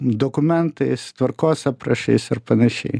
dokumentais tvarkos aprašais ir panašiai